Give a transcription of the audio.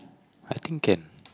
I think can